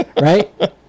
right